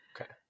Okay